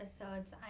episodes